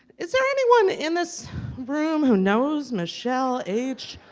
is there anyone in this room? who knows michele h?